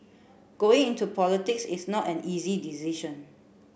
going into politics is not an easy decision